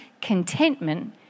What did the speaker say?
contentment